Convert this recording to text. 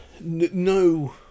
no